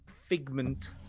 figment